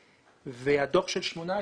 הדוח של 2018,